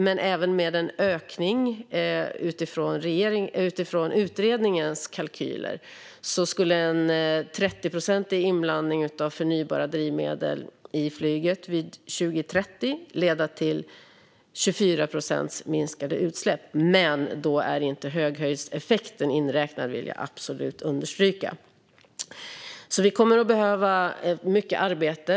Men även med en ökning utifrån utredningens kalkyler skulle en 30-procentig inblandning av förnybara drivmedel i flyget år 2030 leda till 24 procents minskade utsläpp. Men då är inte höghöjdseffekten inräknad; det vill jag absolut understryka. Vi kommer alltså att behöva mycket arbete.